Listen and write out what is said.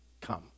come